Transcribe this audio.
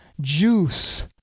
Juice